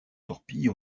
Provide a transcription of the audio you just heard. torpilles